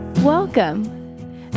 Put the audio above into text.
welcome